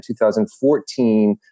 2014